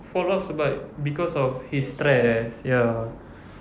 fall off sebab because of he's stressed yeah